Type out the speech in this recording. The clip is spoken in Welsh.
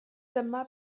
dyma